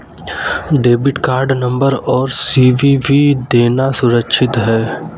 Debit card number और CVV देना सुरक्षित है?